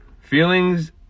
feelings